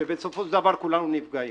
שבסופו של דבר כולנו נפגעים.